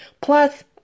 Plus